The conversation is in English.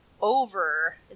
over